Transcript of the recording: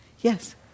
Yes